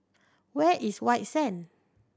where is White Sands